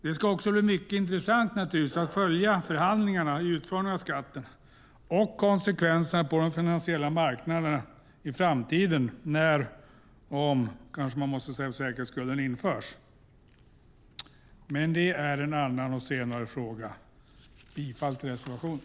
Det ska också bli mycket intressant att följa förhandlingarna om utformningen av skatten och konsekvenserna på de finansiella marknaderna i framtiden när - och om, kanske man måste säga för säkerhets skull - den införs. Men det är en annan och senare fråga. Jag yrkar bifall till reservationen.